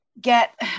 get